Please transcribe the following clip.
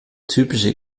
typische